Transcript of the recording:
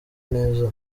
neza